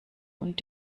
und